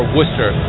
Worcester